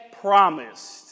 promised